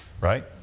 right